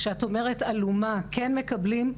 כשאת אומרת אלומה מקבלים,